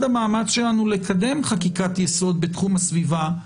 המאמץ שלנו לקדם חקיקת יסוד בתחום הסביבה,